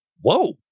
Whoa